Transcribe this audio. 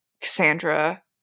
Cassandra